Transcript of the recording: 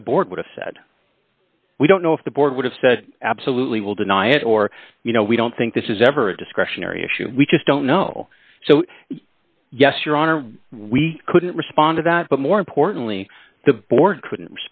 what the board would have said we don't know if the board would have said absolutely will deny it or you know we don't think this is ever a discretionary issue we just don't know so yes your honor we couldn't respond to that but more importantly the board couldn't